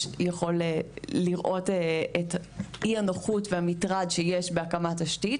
יכול לראות את אי הנוחות והמטרד שיש בהקמת תשתית,